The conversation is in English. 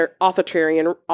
authoritarian